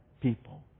people